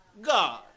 God